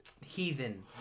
heathen